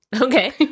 Okay